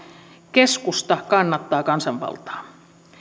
keskusta kannattaa kansanvaltaa